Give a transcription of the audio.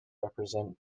represent